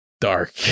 dark